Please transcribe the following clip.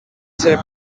ser